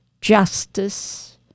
justice